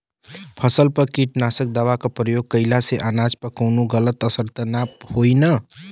फसल पर कीटनाशक दवा क प्रयोग कइला से अनाज पर कवनो गलत असर त ना होई न?